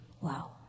Wow